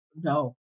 no